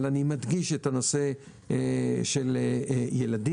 אבל אני מדגיש את הנושא של ילדים,